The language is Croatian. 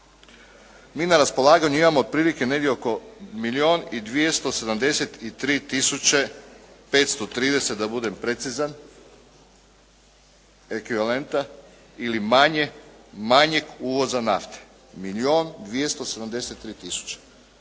mi na raspolaganju imamo otprilike negdje oko milijun i 273 tisuće, 530 da budem precizan, ekvivalenta ili manjeg uvoza nafte. Milijun